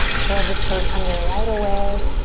curl the toes under right away,